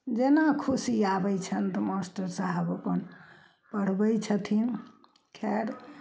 जेना खुशी आबै छनि तऽ मास्टर साहब अपन पढ़बै छथिन खैर